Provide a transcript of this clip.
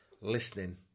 listening